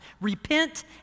Repent